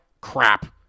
crap